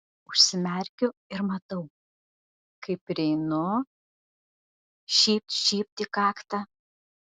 užsimerkiu ir matau kaip prieinu žybt žybt į kaktą